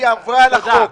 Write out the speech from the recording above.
היא עברה על החוק,